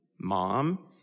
mom